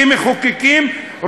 כמחוקקים,